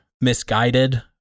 misguided